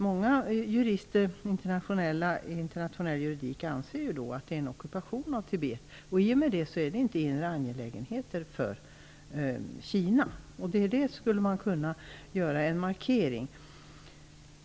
Många jurister som är kunniga i internationell juridik anser det är fråga om en ockupation av Tibet. I och med detta betraktas det inte som inre angelägenheter för Kina. Man borde här kunna göra en markering.